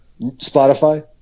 spotify